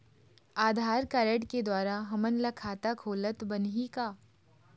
आधार card के द्वारा हमन ला खाता खोलत बनही का?